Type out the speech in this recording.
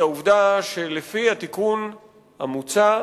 בעיה נוספת היא העובדה שלפי התיקון המוצע,